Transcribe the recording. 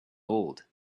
old